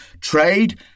trade